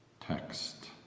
text